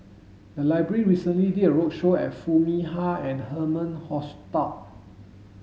the library recently did a roadshow and Foo Mee Har and Herman Hochstadt